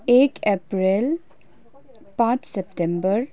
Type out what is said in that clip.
एक एप्रेल पाँच सेप्टेम्बर